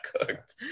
cooked